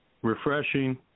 Refreshing